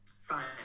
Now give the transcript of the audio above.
Science